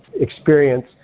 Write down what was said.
experience